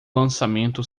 lançamento